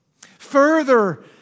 Further